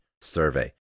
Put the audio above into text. survey